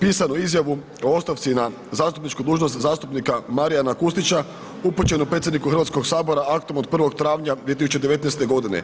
pisanu izjavu o ostavci na zastupničku dužnost zastupnika Marijana Kustića upućenu predsjedniku Hrvatskog sabora aktom od 01. travnja 2019. godine.